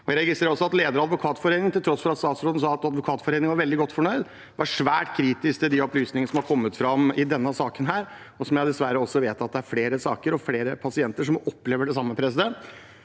Jeg registrerer også at leder av Advokatforeningen, til tross for at statsråden sa Advokatforeningen var veldig godt fornøyd, er svært kritisk til de opplysningene som har kommet fram i denne saken. Jeg vet at det dessverre er flere saker og flere pasienter som opplever det samme. Jeg er